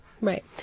right